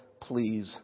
please